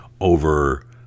over